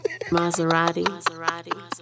Maserati